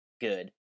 good